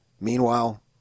Meanwhile